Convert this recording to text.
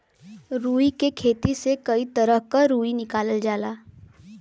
रुई के खेती से कई तरह क रुई निकालल जाला